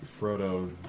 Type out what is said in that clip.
Frodo